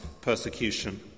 persecution